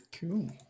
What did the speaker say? Cool